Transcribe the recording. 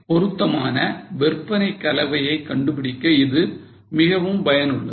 பொருத்தமான விற்பனை கலவையை கண்டுபிடிக்க இது மிகவும் பயனுள்ளது